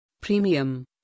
Premium